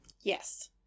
Yes